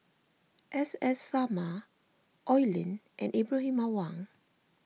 S S Sarma Oi Lin and Ibrahim Awang